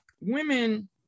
women